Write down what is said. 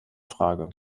frage